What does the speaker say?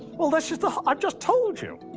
well, that's just a i've just told you.